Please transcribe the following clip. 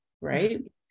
right